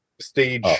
stage